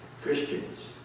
Christians